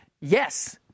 yes